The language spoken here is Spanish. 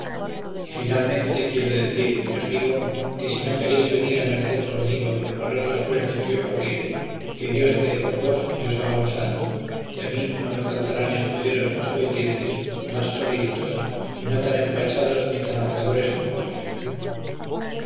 y finalmente quiero decir y os digo que si no queréis venir a merced conmigo y correr la suerte que yo corriere que dios quede con vos y os haga un santo que a mí no me faltarán escuderos más obedientes más solícitos y no tan empachados ni tan habladores como vos